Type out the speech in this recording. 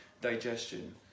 Digestion